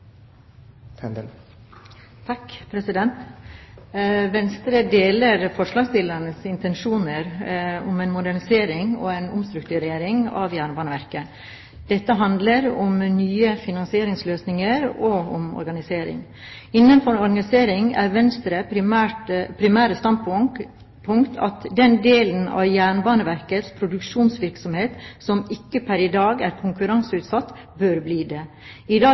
Venstre deler forslagsstillernes intensjoner om en modernisering og en omstrukturering av Jernbaneverket. Dette handler om nye finansieringsløsninger og om organisering. Innenfor organiseringen er Venstres primære standpunkt at den delen av Jernbaneverkets produksjonsvirksomhet som ikke pr. i dag er konkurranseutsatt, bør bli det. I dag